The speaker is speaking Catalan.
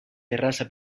terrassa